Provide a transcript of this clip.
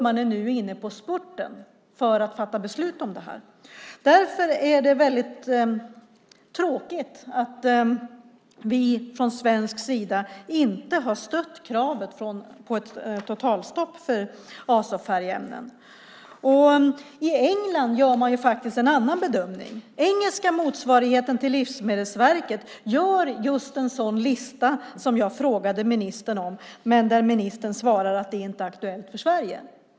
Man är nu inne på spurten för att fatta beslut. Därför är det väldigt tråkigt att vi från svensk sida inte har stött kravet på ett totalstopp för azofärgämnen. I England gör man en annan bedömning. Den engelska motsvarigheten till Livsmedelsverket gör en sådan lista som jag frågade ministern om och varom ministern svarade att det inte är aktuellt för Sverige.